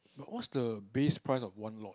what's the base price of one lot